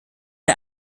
der